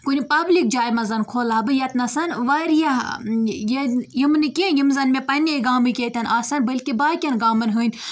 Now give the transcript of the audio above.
کُنہِ پَبلِک جایہِ منٛز کھولاہا بہٕ ییٚتِنَسَن واریاہ یہِ یِم نہٕ کیٚنٛہہ یِم زَن مےٚ پَنٕنے گامٕکۍ ییٚتٮ۪ن آسَن بٔلکہِ باقیَن گامَن ہٕنٛدۍ